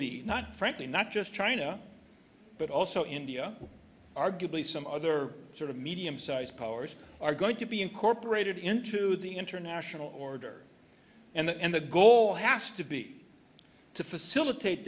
be not frankly not just china but also india arguably some other sort of medium sized powers are going to be incorporated into the international order and the end the goal has to be to facilitate